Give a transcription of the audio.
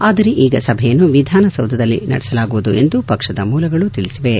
ಆದರೆ ಈಗ ಸಭೆಯನ್ನು ವಿಧಾನಸೌಧದಲ್ಲಿ ನಡೆಯಲಾಗುವುದು ಎಂದು ಪಕ್ಷದ ಮೂಲಗಳು ತಿಳಿಸಿವೆ